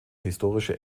historische